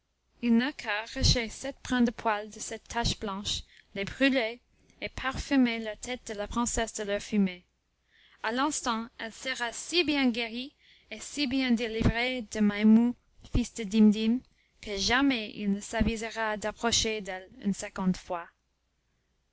il n'a qu'à arracher sept brins de poil de cette tache blanche les brûler et parfumer la tête de la princesse de leur fumée à l'instant elle sera si bien guérie et si bien délivrée de maimoun fils de dimdim que jamais il ne s'avisera d'approcher d'elle une seconde fois